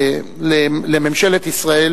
לממשלת ישראל,